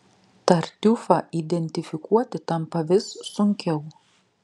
tartiufą identifikuoti tampa vis sunkiau